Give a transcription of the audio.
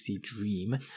Dream